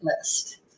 list